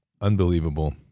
unbelievable